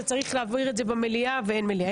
אתה צריך להעביר את זה במליאה ואין מליאה.